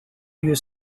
you